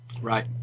right